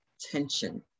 tension